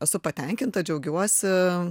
esu patenkinta džiaugiuosi